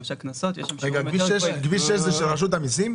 למשל קנסות --- כביש 6 זה של רשות המיסים?